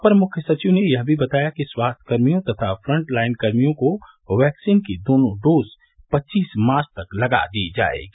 अपर मुख्य सचिव ने यह भी बताया कि स्वास्थ्यकर्मियों तथा फ्रंट लाइनकर्मियों को वैक्सीन की दोनों डोज पच्चीस मार्च तक लगा दी जायेगी